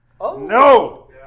No